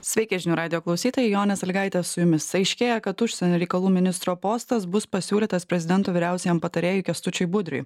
sveiki žinių radijo klausytojai jonė sąlygaitė su jumis aiškėja kad užsienio reikalų ministro postas bus pasiūlytas prezidento vyriausiajam patarėjui kęstučiui budriui